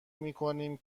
میکنیم